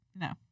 no